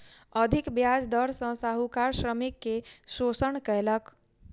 अधिक ब्याज दर सॅ साहूकार श्रमिक के शोषण कयलक